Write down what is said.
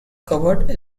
covered